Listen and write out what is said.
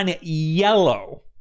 yellow